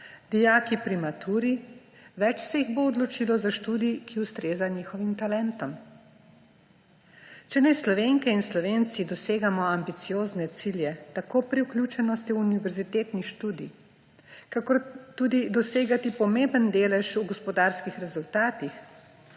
dijaki pri maturi, več se jih bo odločilo za študij, ki ustreza njihovim talentom. Če naj Slovenke in Slovenci dosegamo ambiciozne cilje tako pri vključenosti v univerzitetni študij kakor tudi dosegati pomemben delež v gospodarskih rezultatih,